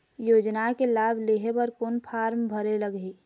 योजना के लाभ लेहे बर कोन फार्म भरे लगही?